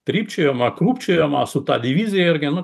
trypčiojamą krūpčiojimą su ta divizija irgi nu